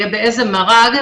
באיזה מר"ג,